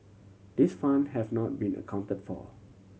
these fund have not been accounted for